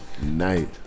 Night